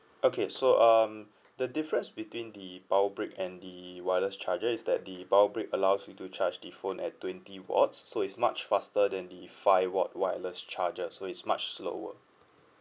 okay so um the difference between the power brick and the wireless charger is that the power brick allows you to charge the phone at twenty watts so is much faster than the five watt wireless charger so is much slower